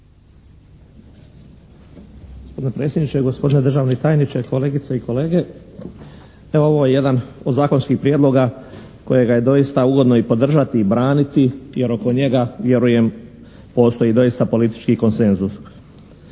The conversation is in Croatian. Gospodine predsjedniče, gospodine državni tajniče, kolegice i kolege. Evo ovo je jedan od zakonskih prijedloga kojega je doista ugodno i podržati i braniti jer oko njega, vjerujem, postoji doista politički konsenzus.